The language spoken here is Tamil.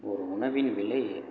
ஒரு உணவின் விலை